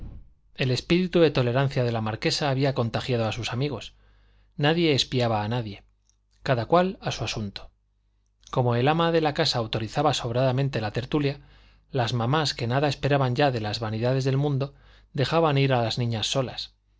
el espíritu de tolerancia de la marquesa había contagiado a sus amigos nadie espiaba a nadie cada cual a su asunto como el ama de la casa autorizaba sobradamente la tertulia las mamás que nada esperaban ya de las vanidades del mundo dejaban ir a las niñas solas